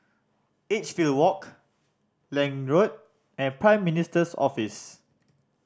Edgefield Walk Lange Road and Prime Minister's Office